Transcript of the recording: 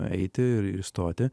eiti ir įstoti